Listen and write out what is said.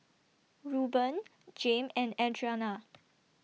Reuben Jame and Adriana